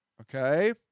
Okay